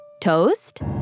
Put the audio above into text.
toast